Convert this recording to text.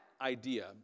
idea